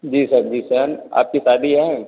जी sir जी sir आपकी शादी है